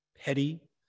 Petty